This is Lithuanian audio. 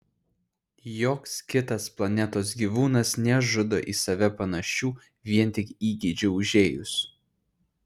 joks kitas planetos gyvūnas nežudo į save panašių vien tik įgeidžiui užėjus